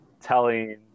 telling